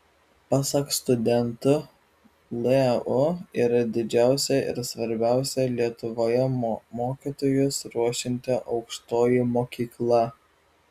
pasak studentų leu yra didžiausia ir svarbiausia lietuvoje mokytojus ruošianti aukštoji mokykla